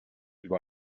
über